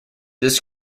this